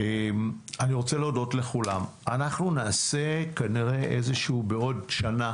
אני רוצה להודות לכולם, אנחנו נעשה בעוד שנה